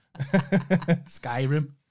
skyrim